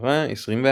- מספרה 21.